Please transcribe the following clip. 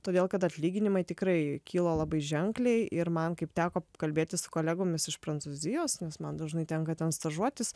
todėl kad atlyginimai tikrai kilo labai ženkliai ir man kaip teko kalbėtis su kolegomis iš prancūzijos nes man dažnai tenka ten stažuotis